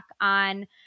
on